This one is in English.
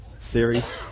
series